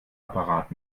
apparat